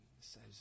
says